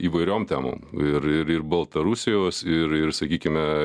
įvairiom temom ir ir ir baltarusijos ir ir sakykime